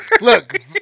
look